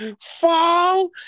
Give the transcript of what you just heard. fall